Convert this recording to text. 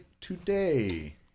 today